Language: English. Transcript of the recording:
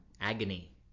Agony